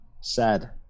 Sad